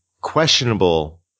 questionable